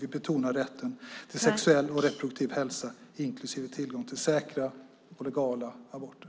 Vi betonar rätten till sexuell och reproduktiv hälsa inklusive tillgång till säkra och legala aborter.